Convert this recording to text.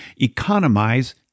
economize